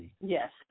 Yes